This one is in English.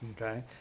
Okay